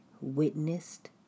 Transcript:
witnessed